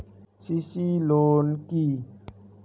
CC loan কি?